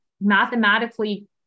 mathematically